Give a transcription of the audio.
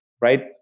Right